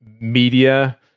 media